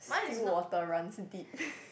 still water runs deep